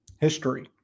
history